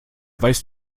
weißt